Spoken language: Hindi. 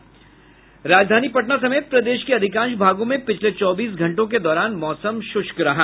राजधानी पटना समेत प्रदेश के अधिकांश भागों में पिछले चौबीस घंटों के दौरान मौसम शुष्क रहा